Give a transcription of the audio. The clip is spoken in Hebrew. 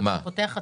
אתה פותח עתידות.